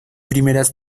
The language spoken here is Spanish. primeras